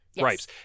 rights